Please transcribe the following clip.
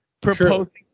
proposing